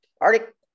arctic